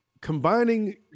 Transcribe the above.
Combining